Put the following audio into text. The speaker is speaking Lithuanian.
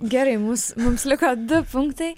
gerai mūs mums liko du punktai